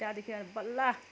त्यहाँदेखि अनि बल्ल